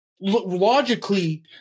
logically